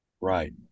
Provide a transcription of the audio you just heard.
Right